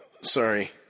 sorry